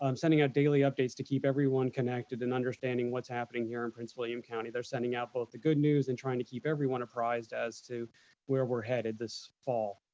um sending out daily updates to keep everyone connected and understanding what's happening here in prince william county. they're sending out both the good news and trying to keep everyone apprised as to where we're headed this fall.